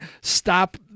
stop